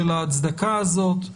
של ההצדקה הזאת.